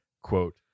quote